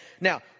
Now